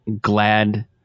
glad